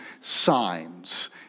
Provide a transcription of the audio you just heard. signs